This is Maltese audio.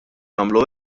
nagħmlu